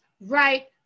right